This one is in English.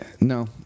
no